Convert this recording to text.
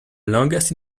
longest